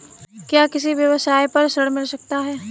क्या किसी व्यवसाय पर ऋण मिल सकता है?